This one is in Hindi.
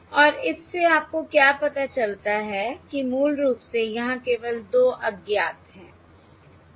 और इससे आपको क्या पता चलता है कि मूल रूप से यहां केवल 2 अज्ञात हैं